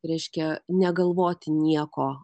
reiškia negalvoti nieko